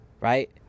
right